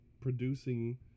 producing